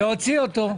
להוציא אותו.